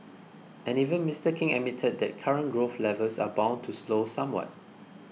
and even Mister King admitted that current growth levels are bound to slow somewhat